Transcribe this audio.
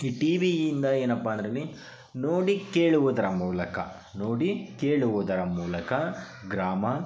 ಈ ಟಿ ವಿಯಿಂದ ಏನಪ್ಪಾ ಅದರಲ್ಲಿ ನೋಡಿ ಕೇಳುವುದರ ಮೂಲಕ ನೋಡಿ ಕೇಳುವುದರ ಮೂಲಕ ಗ್ರಾಮ